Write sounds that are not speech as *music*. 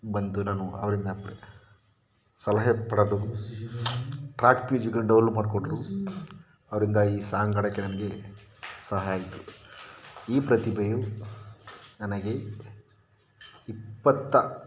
ಬಂತು ನಾನು ಅವರಿಂದ ಸಲಹೆ ಪಡೆದು *unintelligible* ಮಾಡಿಕೊಟ್ರು ಅವರಿಂದ ಈ ಸಾಂಗ್ ಹಾಡೋಕ್ಕೆ ನನಗೆ ಸಹಾಯ ಆಯಿತು ಈ ಪ್ರತಿಭೆಯು ನನಗೆ ಇಪ್ಪತ್ತು